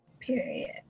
period